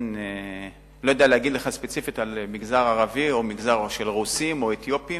אני לא יודע להגיד לך ספציפית על מגזר ערבי או רוסי או אתיופי.